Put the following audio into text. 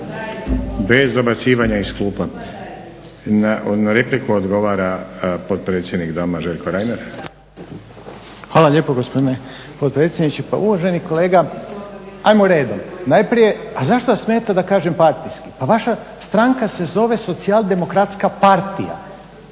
bez dobacivanja iz klupa. Na repliku odgovara potpredsjednik Doma Željko Reiner. **Reiner, Željko (HDZ)** Hvala lijepo gospodine potpredsjedniče. Pa uvaženi kolega ajmo redom. Najprije, a zašto vas smeta da kažem partijski? Pa vaša stranka se zove Socijaldemokratska partija.